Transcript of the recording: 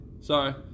Sorry